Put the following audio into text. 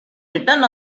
written